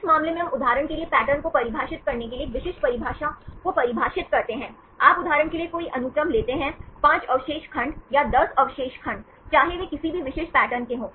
इस मामले में हम उदाहरण के लिए पैटर्न को परिभाषित करने के लिए एक विशिष्ट परिभाषा को परिभाषित करते हैं आप उदाहरण के लिए कोई अनुक्रम लेते हैं 5 अवशेष खंड या 10 अवशेष खंड चाहे वे किसी भी विशिष्ट पैटर्न के हों